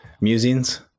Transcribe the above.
musings